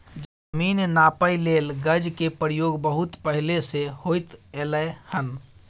जमीन नापइ लेल गज के प्रयोग बहुत पहले से होइत एलै हन